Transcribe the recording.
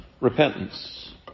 repentance